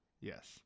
Yes